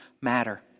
matter